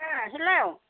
अ हेल'